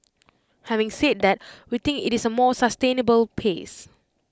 having said that we think IT is A more sustainable pace